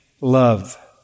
love